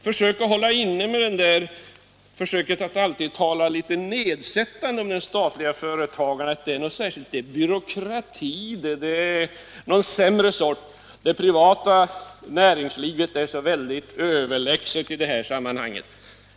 Försök hålla inne med att alltid tala litet nedsättande om det statliga företagandet, att det är någon särskild byråkrati där, att det är någon sämre sort, att det privata näringslivet är så väldigt överlägset i detta sammanhang!